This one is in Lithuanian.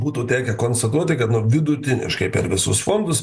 būtų tekę konstatuoti kad nu vidutiniškai per visus fondus